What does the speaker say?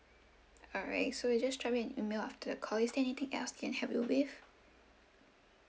alright so I'll just drop you an email after the call is there anything else I can help you with